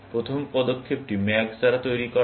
প্রথম পদক্ষেপ ম্যাক্স দ্বারা তৈরি করা হয়